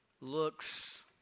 looks